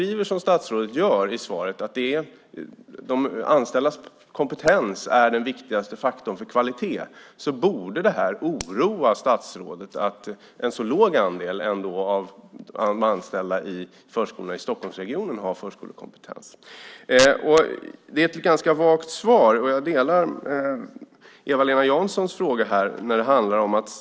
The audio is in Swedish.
Eftersom statsrådet säger i svaret att de anställdas kompetens är den viktigaste faktorn för kvalitet borde det oroa statsrådet att en så låg andel av de anställda i förskolorna i Stockholmsregionen har förskolekompetens. Svaret är ganska vagt. Jag har samma fråga som Eva-Lena Jansson.